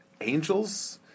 angels